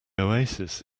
oasis